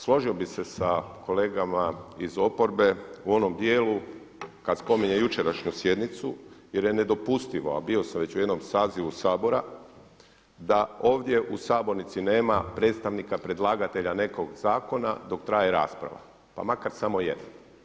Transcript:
Složio bih se sa kolegama iz oporbe u onom dijelu kad spominje jučerašnju sjednicu, jer je nedopustivo, a bio sam već u jednom sazivu Sabora, da ovdje u sabornici nema predstavnika predlagatelja nekog zakona dok traje rasprava, pa makar samo jednog.